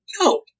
No